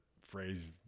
phrase